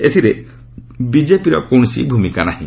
ଏଥିରେ ବିଜେପିର କୌଣସି ଭୂମିକା ନାହିଁ